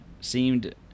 seemed